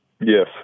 Yes